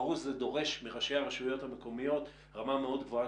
ברור שזה דורש מראשי הרשויות המקומיות רמה מאוד גבוהה